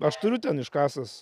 aš turiu ten iškasęs